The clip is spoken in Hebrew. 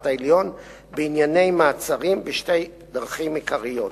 העליון בענייני מעצרים בשתי דרכים עיקריות.